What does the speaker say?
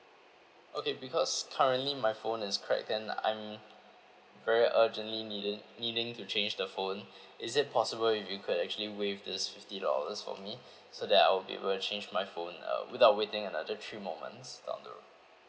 okay because currently my phone is cracked then I'm very urgently needed needing to change the phone is it possible if you could actually waive this fifty dollars for me so that I'll be able to change my phone uh without waiting another three more months down the road